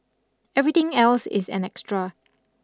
everything else is an extra